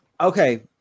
Okay